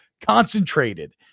concentrated